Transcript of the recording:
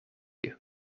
you